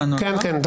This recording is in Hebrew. כן, כן.